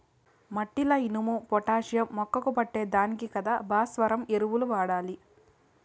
మట్టిల ఇనుము, పొటాషియం మొక్కకు పట్టే దానికి కదా భాస్వరం ఎరువులు వాడాలి